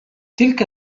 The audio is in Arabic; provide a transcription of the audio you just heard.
تلك